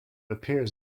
appears